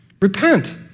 repent